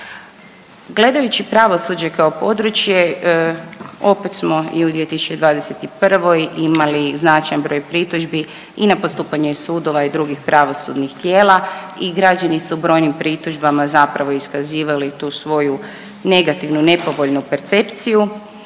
Gledajući pravosuđe kao područje opet smo i u 2021. imali značajan broj pritužbi i na postupanje sudova i drugih pravosudnih tijela i građani su brojnim pritužbama zapravo i iskazivali tu svoju negativnu, nepovoljnu percepciju.